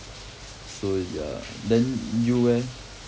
so ya then you eh